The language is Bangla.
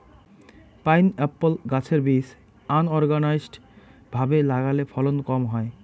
পাইনএপ্পল গাছের বীজ আনোরগানাইজ্ড ভাবে লাগালে ফলন কম হয়